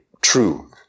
true